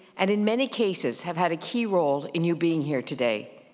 and in many cases have had a key role in you being here today.